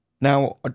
Now